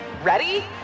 Ready